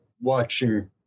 watching